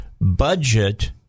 budget